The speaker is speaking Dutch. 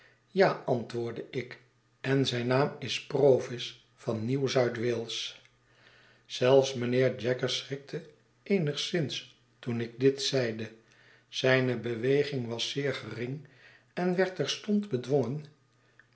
ja antwoordde ik en zijn naam is provis van nieuw zuid wale s zelfs mijnheer jaggers schrikte eenigszins toen ik dit zeide zijne beweging was zeer gering en werd terstond bedwongen